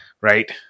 right